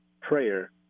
prayer